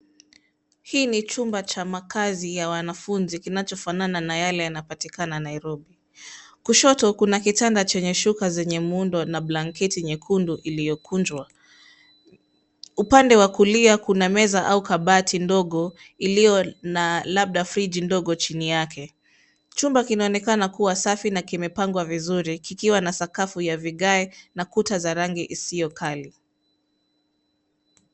Hii ni chumba cha makaazi ya wanafunzi kinachofanana na yale yanapatikana Nairobi. Kushoto, kuna kitanda chenye shuka zenye muundo na blanketi nyekundu iliyokunjwa. Upande wa kulia, kuna meza au kabati ndogo iliyo na labda friji ndogo chini yake. Chumba kinaonekana kuwa safi na kimepangwa vizuri kikiwa na sakafu ya vigae na kuta za rangi isiyo kali.